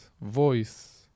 voice